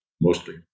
mostly